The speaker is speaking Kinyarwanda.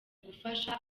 gufasha